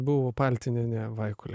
buvo paltinienė vaikul